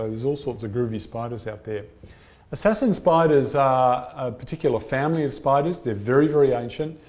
ah there's all sorts of groovy spiders out there. assassin spiders are a particular family of spiders. they're very, very ancient.